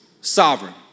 sovereign